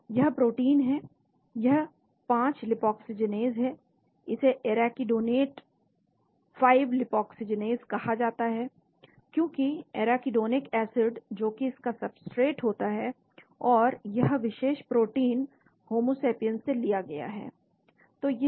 यह प्रोटीन है यह 5 लीपाक्सीजीनेस है इसे एराकिडोनेट 5 लीपाक्सीजीनेस कहा जाता है क्योंकि एराकिडोनिक एसिड जोकि इसका सब्सट्रेट होता है और यह विशेष प्रोटीन होमोसैपियंस से लिया गया है